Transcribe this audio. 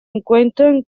encuentran